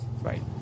Right